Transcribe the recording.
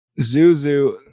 Zuzu